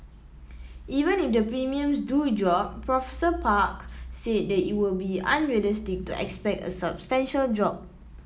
even if the premiums do drop Professor Park said that it will be unrealistic to expect a substantial drop